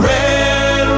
Red